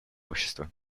общества